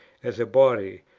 as a body,